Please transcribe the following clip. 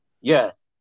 Yes